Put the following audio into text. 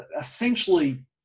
essentially